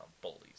bullies